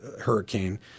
hurricane